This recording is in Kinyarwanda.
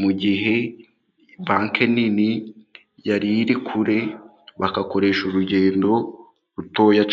mu gihe banki nini yari iri kure bagakoresha urugendo rutoya cyane.